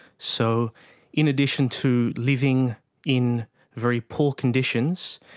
so in addition to living in very poor conditions,